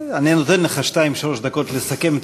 אני אתן לך שתיים שלוש דקות לסכם את